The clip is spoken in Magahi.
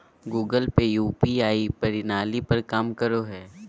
गूगल पे यू.पी.आई प्रणाली पर काम करो हय